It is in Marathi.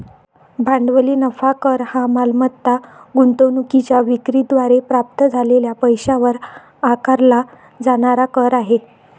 भांडवली नफा कर हा मालमत्ता गुंतवणूकीच्या विक्री द्वारे प्राप्त झालेल्या पैशावर आकारला जाणारा कर आहे